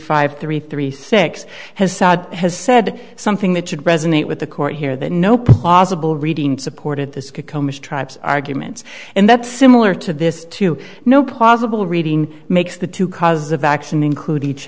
five three three six has side has said something that should resonate with the court here that no plausible reading supported this could come as tribes arguments and that similar to this to no possible reading makes the two causes of action include each